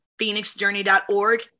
phoenixjourney.org